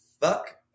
fuck